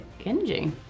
Kenji